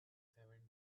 seventh